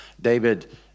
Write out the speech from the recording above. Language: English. David